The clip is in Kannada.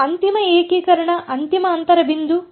ಮತ್ತು ಅಂತಿಮ ಏಕೀಕರಣ ಅಂತಿಮ ಅಂತರ ಬಿಂದು